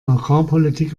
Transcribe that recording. agrarpolitik